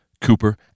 Cooper